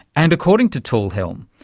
and according to talhelm,